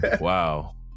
wow